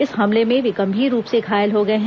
इस हमले में वे गंभीर रूप से घायल हो गए हैं